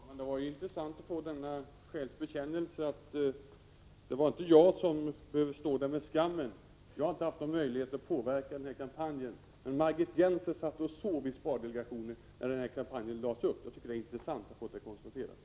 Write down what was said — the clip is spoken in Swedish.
Herr talman! Det var intressant att få detta exempel på en skön själs bekännelse. Det är alltså inte jag som behöver stå där med skammen. Jag har inte haft någon möjlighet att påverka den här kampanjen, men Margit Gennser satt och sov i spardelegationen när kampanjen lades upp. Jag tycker det är intressant att få detta konstaterat.